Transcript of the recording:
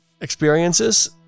experiences